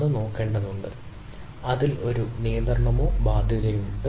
ഒരു നിയന്ത്രണമുണ്ട് അല്ലെങ്കിൽ ഒരു ബാധ്യതയുണ്ട്